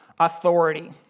authority